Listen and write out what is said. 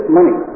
Money